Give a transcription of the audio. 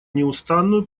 неустанную